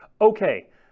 Okay